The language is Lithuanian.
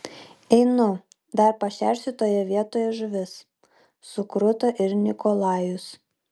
einu dar pašersiu toje vietoj žuvis sukruto ir nikolajus